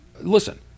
listen